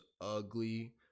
ugly